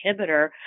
inhibitor